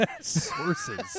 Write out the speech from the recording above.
Sources